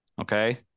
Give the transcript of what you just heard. Okay